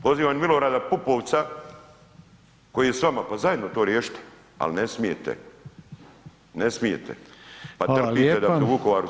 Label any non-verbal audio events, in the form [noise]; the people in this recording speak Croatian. Pozivam i Milorada Pupovca koji je s vama pa zajedno to riješite, ali ne smijete, ne smijete pa trpite ... [unintelligible] Vukovaru